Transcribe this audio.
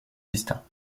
distincts